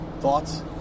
Thoughts